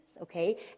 okay